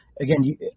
again